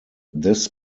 this